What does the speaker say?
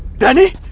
danny,